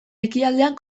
ekialdean